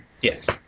yes